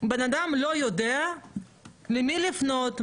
בן אדם לא יודע למי לפנות,